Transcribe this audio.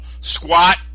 squat